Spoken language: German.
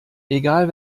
egal